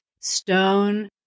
stone